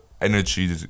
energy